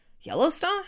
Yellowstone